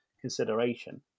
consideration